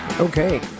Okay